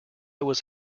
was